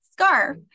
scarf